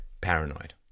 paranoid